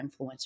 influencers